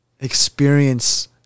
experience